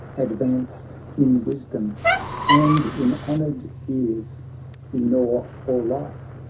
advanced in wisdom and in honoured years he nor for life,